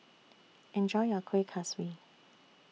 Enjoy your Kueh Kaswi